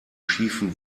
schiefen